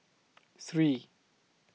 three